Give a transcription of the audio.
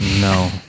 No